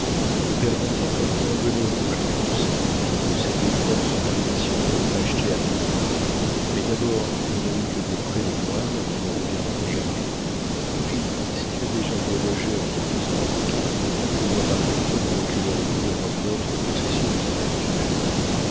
le père bontems a été un bonnet rouge foncé qui possédait force biens nationaux achetés à vil prix mais d'abord il n'a eu que des prés de moines qui ne reviendront jamais puis si tu as déjà dérogé en te faisant avocat je ne vois pas pourquoi nous reculerions devant une autre concession aux idées actuelles